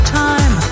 time